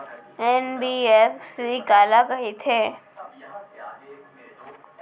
NBFC काला कहिथे?